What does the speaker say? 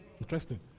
Interesting